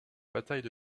bataille